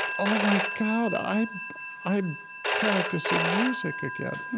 oh, my god, i'm i'm practicing music again.